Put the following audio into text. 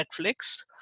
Netflix